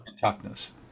toughness